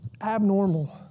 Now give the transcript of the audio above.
abnormal